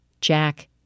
Jack